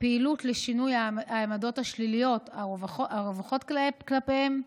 פעילות לשינוי העמדות השליליות הרווחות כלפיהם,